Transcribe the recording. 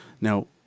now